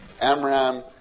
Amram